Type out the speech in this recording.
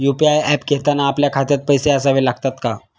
UPI app घेताना आपल्या खात्यात पैसे असावे लागतात का?